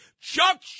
Chuck